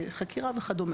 חקירה וכד'.